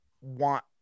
want